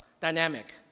dynamic